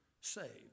saved